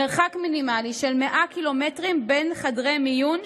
מרחק מינימלי של 100 קילומטרים בין חדרי מיון,